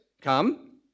come